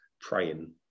praying